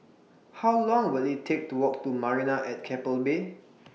How Long Will IT Take to Walk to Marina At Keppel Bay